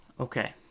Okay